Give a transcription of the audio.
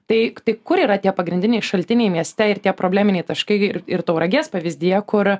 tai kur yra tie pagrindiniai šaltiniai mieste ir tie probleminiai taškai ir ir tauragės pavyzdyje kur